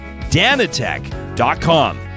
Danatech.com